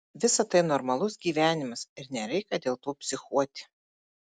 visa tai normalus gyvenimas ir nereikia dėl to psichuoti